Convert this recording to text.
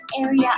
area